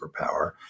superpower